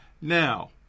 now